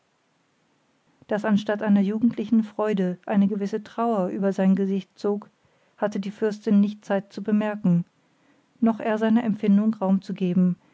daß anstatt einer jugendlichen freude eine gewisse trauer über sein gesicht zog hatte die fürstin nicht zeit zu bemerken noch er seiner empfindung raum zu geben